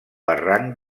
barranc